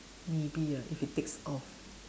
maybe ah if it takes off